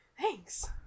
Thanks